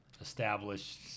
Established